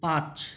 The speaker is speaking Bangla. পাঁচ